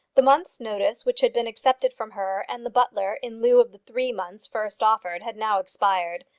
the month's notice which had been accepted from her and the butler in lieu of the three months first offered had now expired.